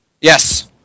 Yes